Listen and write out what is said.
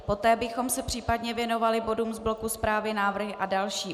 Poté bychom se případně věnovali bodům z bloku zprávy, návrhy a další.